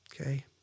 Okay